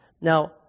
Now